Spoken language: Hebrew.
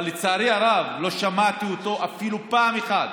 אבל לצערי הרב, לא שמעתי אותו אפילו פעם אחת